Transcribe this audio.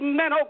men